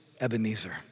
Ebenezer